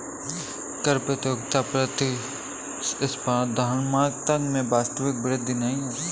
कर प्रतियोगिता प्रतिस्पर्धात्मकता में वास्तविक वृद्धि नहीं है